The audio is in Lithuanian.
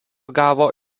gavo